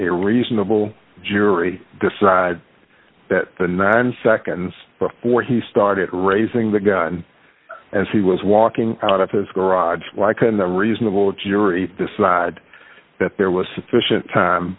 a reasonable jury decide that the nine seconds before he started raising the gun as he was walking out of his garage why couldn't the reasonable jury decide that there was sufficient time